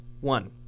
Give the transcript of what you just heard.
One